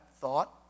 thought